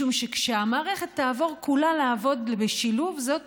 משום שכשהמערכת תעבור כולה לעבוד בשילוב זאת